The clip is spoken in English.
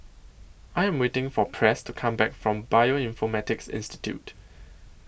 I Am waiting For Press to Come Back from Bioinformatics Institute